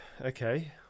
okay